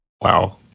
Wow